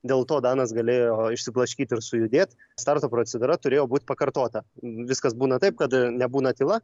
dėl to danas galėjo išsiblaškyt ir sujudėt starto procedūra turėjo būt pakartota viskas būna taip kad nebūna tyla